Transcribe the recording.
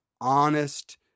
honest